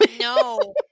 No